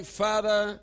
father